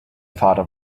father